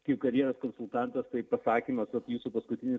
kaip karjeros konsultantas tai pasakymas apie jūsų paskutinį